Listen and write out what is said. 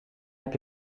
heb